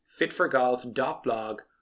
fitforgolf.blog